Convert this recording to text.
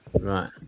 Right